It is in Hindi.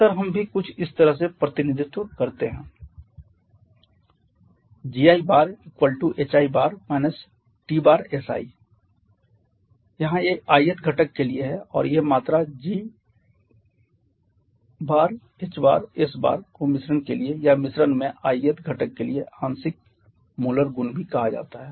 अक्सर हम भी कुछ इस तरह से प्रतिनिधित्व करते हैं gihi TSi यहाँ ये ith घटक के लिए हैं और ये मात्रा g tilde h tilde s tilde को मिश्रण के लिए या मिश्रण में ith घटक के लिए आंशिक मोलर गुण भी कहा जाता है